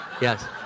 yes